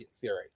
theory